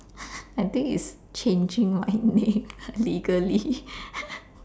I think is changing my name legally